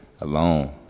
alone